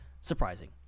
surprising